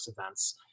events